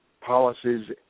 policies